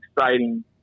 exciting